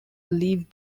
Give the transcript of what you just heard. leave